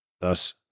Thus